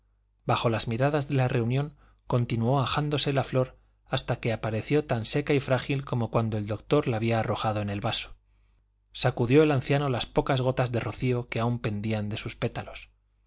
bajo las miradas de la reunión continuó ajándose la flor hasta que apareció tan seca y frágil como cuando el doctor la había arrojado en el vaso sacudió el anciano las pocas gotas de rocío que aun pendían de sus pétalos